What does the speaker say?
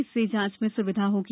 इससे जांच में सुविधा होगी